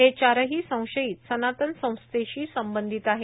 हे चारही संशयित सनातन संस्थेशी संबंधीत आहेत